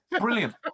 brilliant